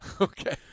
Okay